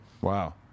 Wow